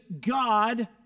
God